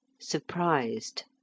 Surprised